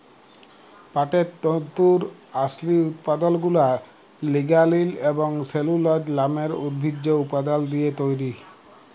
পাটের তল্তুর আসলি উৎপাদলগুলা লিগালিল এবং সেলুলজ লামের উদ্ভিজ্জ উপাদাল দিঁয়ে তৈরি